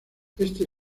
este